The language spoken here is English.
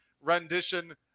rendition